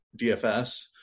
DFS